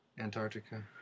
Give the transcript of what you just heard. Antarctica